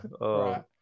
Right